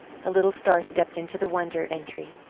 the little star stepped into the wonder entry,